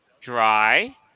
dry